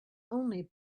only